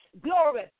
Glory